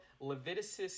Leviticus